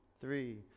three